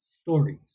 stories